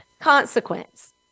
consequence